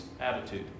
attitude